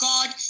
God